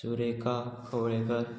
Surekha Kavlekar